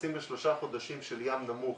נכנסים לשלושה חודשים של ים נמוך,